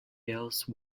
else